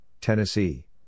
Tennessee